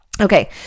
Okay